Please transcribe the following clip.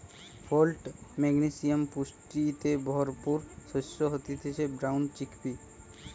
folate, magnesium পুষ্টিতে ভরপুর শস্য হতিছে ব্রাউন চিকপি